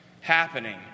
happening